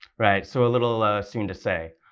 right, so a little soon to say.